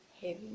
heavy